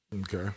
Okay